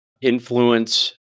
influence